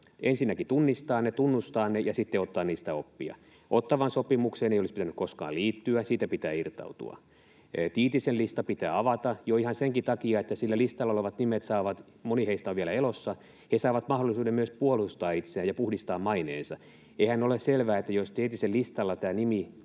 ensinnäkin tunnistaa ne, tunnustaa ne ja sitten ottaa niistä oppia. Ottawan sopimukseen ei olisi pitänyt koskaan liittyä, ja siitä pitää irtautua. Tiitisen lista pitää avata, jo ihan senkin takia, että sillä listalla olevat nimet — moni heistä on vielä elossa — saavat mahdollisuuden myös puolustaa itseään ja puhdistaa maineensa. Eihän ole selvää, että jos Tiitisen listalla nimi on,